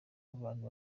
abantu